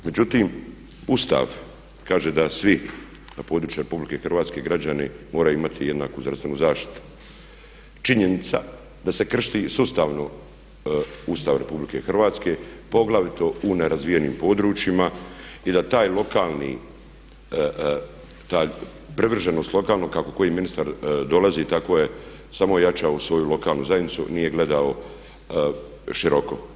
Međutim, Ustav kaže da svi na području RH građani, moraju imati jednaku zdravstvenu zaštitu, činjenica da se krši sustavno Ustav RH, poglavito u nerazvijenim područjima i da taj lokalni, taj privrženost lokalnom kako koji ministar dolazi tako je samo je jačao svoju lokalnu zajednicu, nije gledao široko.